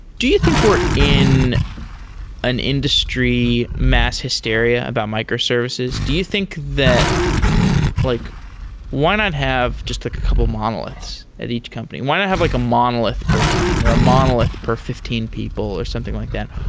do you think we're in an industry mass hysteria about microservices? do you think that like why not have just a couple of monoliths at each company? why not have like a monolith per team, or a monolith per fifteen people, or something like that?